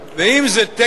ואם זה טקס